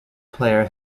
player